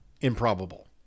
improbable